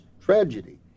tragedy